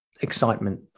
excitement